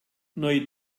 neu